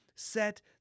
Set